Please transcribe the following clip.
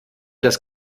das